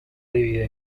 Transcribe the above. dividida